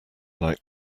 like